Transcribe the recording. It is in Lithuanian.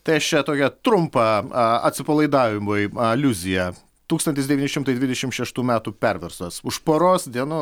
tai aš čia tokią trumpą a atsipalaidavimui aliuziją tūkstantis devyni šimtai dvidešim šeštų metų perversmas už poros dienų